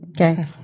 Okay